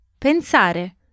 Pensare